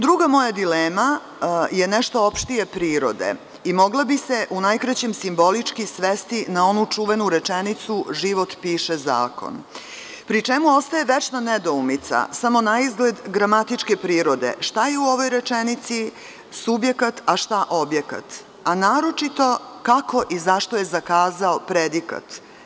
Druga moja dilema je nešto opštije prirode i mogla bi se u najkraćem simbolički svesti na onu čuvenu rečenicu – život piše zakon, pri čemu ostaje večna nedoumica, samo naizgled gramatičke prirode, šta je u ovoj rečenici subjekat a šta objekat, a naročito kako i zašto je zakazao predikat?